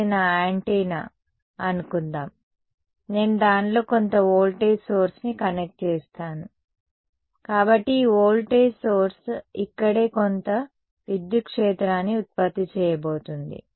ఇది నా యాంటెన్నా సరే అనుకుందాం నేను దానిలో కొంత వోల్టేజ్ సోర్స్ ని కనెక్ట్ చేసాను కాబట్టి ఈ వోల్టేజ్ సోర్స్ ఇక్కడే కొంత విద్యుత్ క్షేత్రాన్ని ఉత్పత్తి చేయబోతోంది